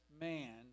man